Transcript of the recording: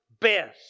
best